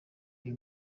uyu